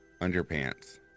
Underpants